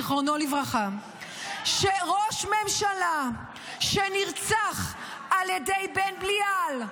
זיכרונו לברכה, ראש ממשלה שנרצח על ידי בן בלייעל,